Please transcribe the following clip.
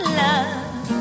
love